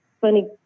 funny